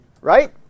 Right